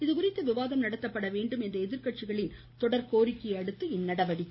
இதுகுறித்து விவாதம் நடத்தப்பட வேண்டும் என்று எதிர்கட்சிகளின் தொடர் கோரிக்கையை அடுத்து இந்நடவடிக்கை